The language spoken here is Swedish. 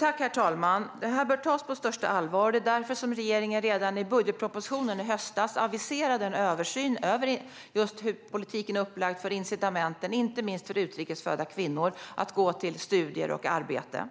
Herr talman! Det här bör tas på största allvar. Det är därför regeringen redan i budgetpropositionen i höstas aviserade en översyn av hur politiken är upplagd vad gäller incitamenten, inte minst för utrikes födda kvinnor, att gå till studier och arbete.